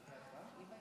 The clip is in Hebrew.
להצבעה.